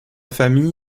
famille